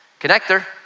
connector